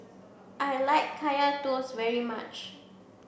I like Kaya toast very much